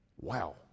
Wow